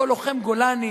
אותו לוחם גולני,